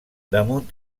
damunt